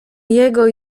jego